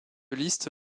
liste